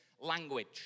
language